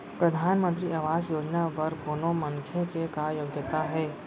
परधानमंतरी आवास योजना बर कोनो मनखे के का योग्यता हे?